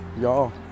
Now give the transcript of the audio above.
y'all